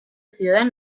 ciudad